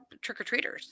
trick-or-treaters